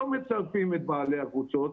ולא מצרפים את בעלי הקבוצות,